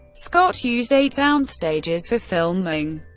scott used eight sound stages for filming,